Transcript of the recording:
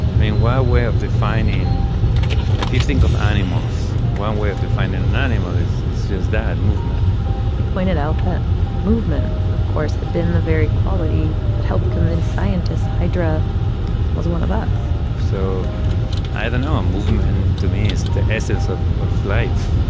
i mean, one way of defining if you think of animals, one way of defining an animal is is just that movement he pointed out that movement, of course, had been the very quality that helped convince scientists hydra was one of us so i don't know. um movement, to me, is the essence of of life